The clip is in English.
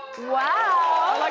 wow. like